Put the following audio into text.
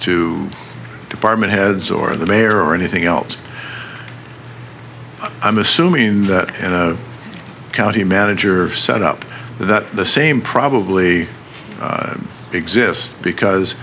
to department heads or the mayor or anything else i'm assuming that the county manager set up that the same probably exists because